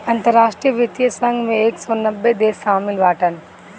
अंतरराष्ट्रीय वित्तीय संघ मे एक सौ नब्बे देस शामिल बाटन